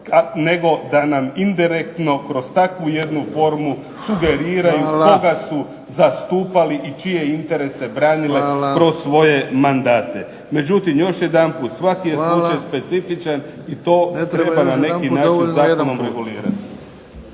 nego da indirektno kroz takvu jednu formu sugeriraju koga su zastupali čije interese branili kroz svoje mandate. Međutim, još jedanput svaki je slučaj specifičan i to na neki način treba zakonom regulirati.